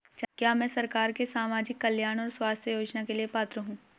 क्या मैं सरकार के सामाजिक कल्याण और स्वास्थ्य योजना के लिए पात्र हूं?